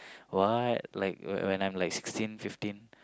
what like when I'm like sixteen fifteen